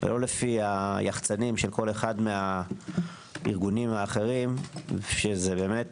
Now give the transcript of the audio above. ולא לפי היחצ"נים של כל אחד מהארגונים האחרים שזה באמת